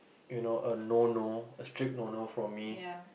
you know a no no a strict no no from me